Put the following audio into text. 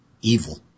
evil